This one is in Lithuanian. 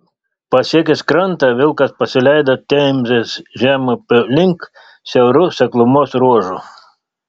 pasiekęs krantą vilkas pasileido temzės žemupio link siauru seklumos ruožu